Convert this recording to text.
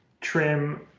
trim